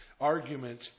argument